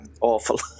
awful